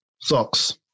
Socks